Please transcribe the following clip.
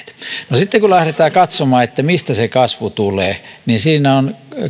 sitten kun lähdetään katsomaan mistä se kasvu tulee niin siinä on